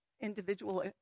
individual